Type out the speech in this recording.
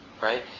right